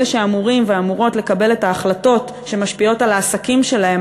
אלה שאמורים ואמורות לקבל את ההחלטות שמשפיעות על העסקים שלהם,